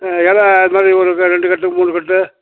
இலை அது மாதிரி ஒரு க ரெண்டுக் கட்டு மூணுக் கட்டு